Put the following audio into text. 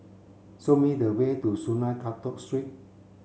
show me the way to Sungei Kadut Street